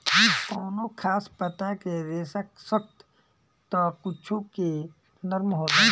कवनो खास पता के रेसा सख्त त कुछो के नरम होला